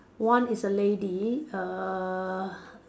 one is a lady err